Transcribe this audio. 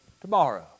Tomorrow